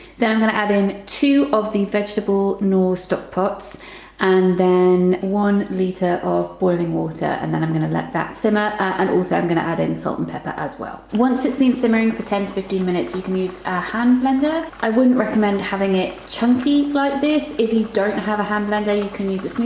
then i'm going to add in two of the vegetable knorr stock pots and then one litre of boiling water and then i'm going to let that simmer and also i'm going to add in salt and pepper as well. once it's been simmering for ten to fifteen minutes you can use a hand blender, i wouldn't recommend having it chunky like this, if you don't have a hand blender you can use its a